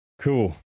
Cool